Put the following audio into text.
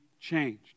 changed